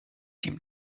seem